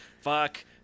fuck